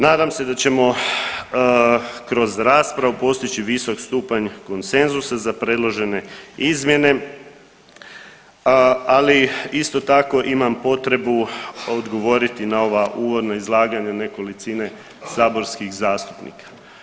Nadam se da ćemo kroz raspravu postići visok stupanj konsenzusa za predložene izmjene, ali isto tako imam potrebu odgovoriti na ova uvodna izlaganja nekolicine saborskih zastupnika.